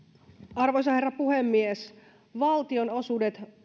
arvoisa herra puhemies valtionosuudet